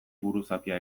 buruzapia